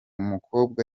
mukobwa